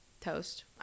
toast